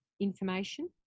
information